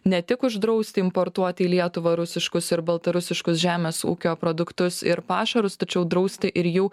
ne tik uždrausti importuoti į lietuvą rusiškus ir baltarusiškus žemės ūkio produktus ir pašarus tačiau drausti ir jų